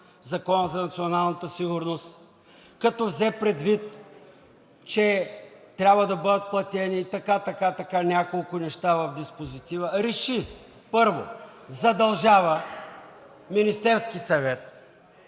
Закона за националната сигурност, като взе предвид, че трябва да бъдат платени така, така – няколко неща в диспозитива РЕШИ: 1. Задължава Министерския съвет,